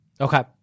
Okay